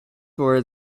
were